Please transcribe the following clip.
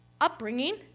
upbringing